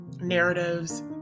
narratives